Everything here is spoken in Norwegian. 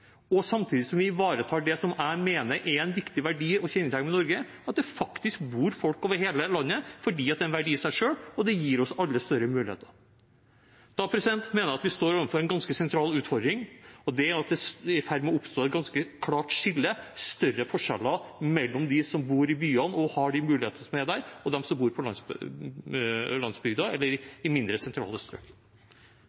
samtidig som vi ivaretar det som jeg mener er en viktig verdi og et kjennetegn ved Norge – at det faktisk bor folk over hele landet fordi det er en verdi i seg selv og gir oss alle større muligheter? Da mener jeg at vi står overfor en ganske sentral utfordring. Det er at det er i ferd med å oppstå et ganske klart skille, større forskjeller mellom dem som bor i byene og har de mulighetene som er der, og dem som bor på landsbygda eller i